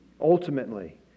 Ultimately